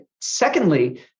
secondly